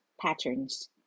patterns